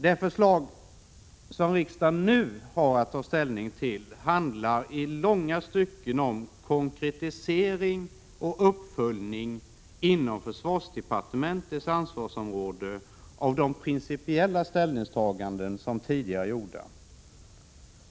Det förslag som riksdagen nu har att ta ställning till handlar i långa stycken om konkretisering och uppföljning inom försvarsdepartementets ansvarsområde av de principiella ställningstaganden som tidigare är gjorda.